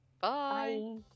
Bye